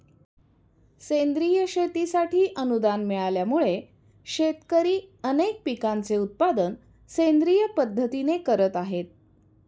सेंद्रिय शेतीसाठी अनुदान मिळाल्यामुळे, शेतकरी अनेक पिकांचे उत्पादन सेंद्रिय पद्धतीने करत आहेत